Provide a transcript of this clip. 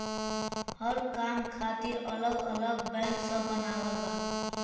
हर काम खातिर अलग अलग बैंक सब बनावल बा